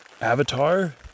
Avatar